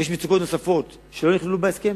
האם יש מצוקות נוספות שלא נכללו בהסכם?